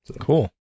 Cool